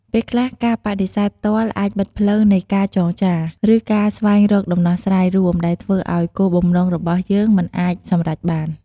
ពេលខ្លះ ការបដិសេធផ្ទាល់អាចបិទផ្លូវនៃការចរចា ឬការស្វែងរកដំណោះស្រាយរួម ដែលធ្វើឲ្យគោលបំណងរបស់យើងមិនអាចសម្រេចបាន។